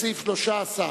סעיף 7,